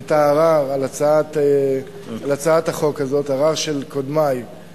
את הערר על הצעת החוק הזאת, ערר של קודמי,